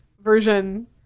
version